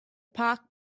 park